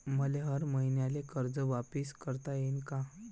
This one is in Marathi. मले हर मईन्याले कर्ज वापिस करता येईन का?